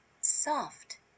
soft